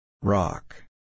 Rock